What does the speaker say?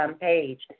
page